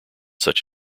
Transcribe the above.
such